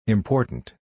Important